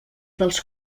dels